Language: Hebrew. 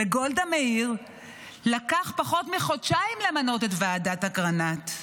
לגולדה מאיר לקח פחות מחודשיים למנות את ועדת אגרנט.